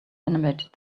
animated